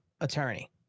attorney